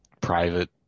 private